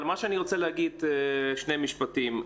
אני רוצה להגיד שני משפטים.